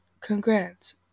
Congrats